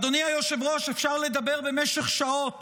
אדוני היושב-ראש, אפשר לדבר במשך שעות